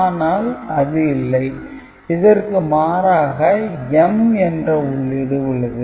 ஆனால் அது இல்லை இதற்கு மாறாக M என்ற உள்ளீடு உள்ளது